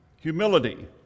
Humility